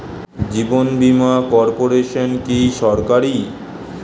জীবন বীমা কর্পোরেশন কি সরকারি?